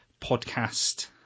podcast